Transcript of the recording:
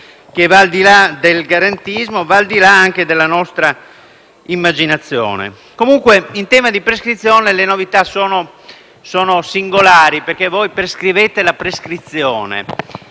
che va al di là del garantismo e anche della nostra immaginazione. Ad ogni modo, in tema di prescrizione le novità sono singolari, perché voi prescrivete la prescrizione